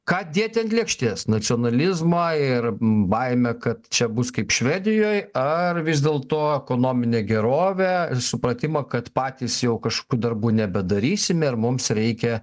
ką dėti ant lėkštės nacionalizmą ir baimę kad čia bus kaip švedijoj ar vis dėlto ekonominę gerovę supratimą kad patys jau kažkokių darbų nebedarysime ir mums reikia